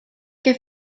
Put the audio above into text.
que